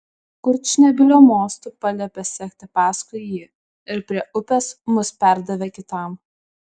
kurčnebylio mostu paliepė sekti paskui jį ir prie upės mus perdavė kitam